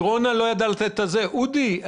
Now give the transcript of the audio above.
אודי,